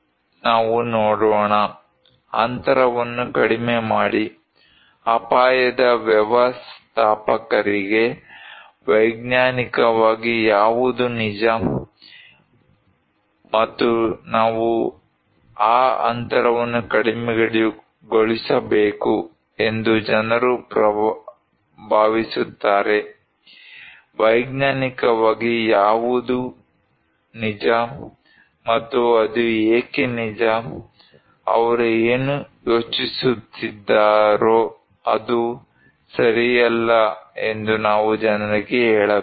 ನಾವು ನೋಡೋಣ ಅಂತರವನ್ನು ಕಡಿಮೆ ಮಾಡಿ ಅಪಾಯದ ವ್ಯವಸ್ಥಾಪಕರಿಗೆ ವೈಜ್ಞಾನಿಕವಾಗಿ ಯಾವುದು ನಿಜ ಮತ್ತು ನಾವು ಆ ಅಂತರವನ್ನು ಕಡಿಮೆಗೊಳಿಸಬೇಕು ಎಂದು ಜನರು ಭಾವಿಸುತ್ತಾರೆ ವೈಜ್ಞಾನಿಕವಾಗಿ ಯಾವುದು ನಿಜ ಮತ್ತು ಅದು ಏಕೆ ನಿಜ ಅವರು ಏನು ಯೋಚಿಸುತ್ತಿದ್ದಾರೋ ಅದು ಸರಿಯಲ್ಲ ಎಂದು ನಾವು ಜನರಿಗೆ ಹೇಳಬೇಕು